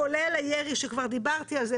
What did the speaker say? כולל הירי שכבר דיברתי על זה.